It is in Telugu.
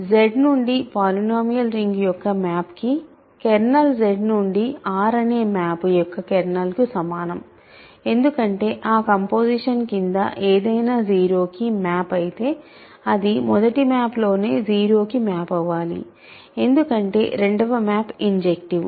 Z నుండి పాలినోమియల్ రింగ్ యొక్క మ్యాప్ కి కెర్నల్ Z నుండి R అనే మ్యాప్ యొక్క కెర్నల్కు సమానం ఎందుకంటే ఆ కంపోసిషన్ కింద ఏదైనా 0 కి మ్యాప్ అయితే అది మొదటి మ్యాప్లోనే 0 కి మ్యాప్ అవ్వాలి ఎందుకంటే రెండవ మ్యాప్ ఇంజెక్టివ్